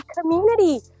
community